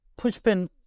Pushpin